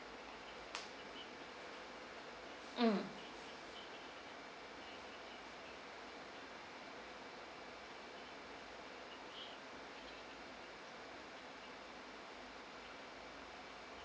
mm